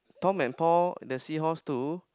Tom and Paul the seahorse too